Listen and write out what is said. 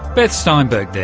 beth steinberg there,